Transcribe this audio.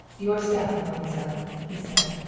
your staff, mademoiselle! he said.